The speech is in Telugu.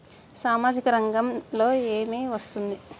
సామాజిక రంగంలో ఏమి వస్తుంది?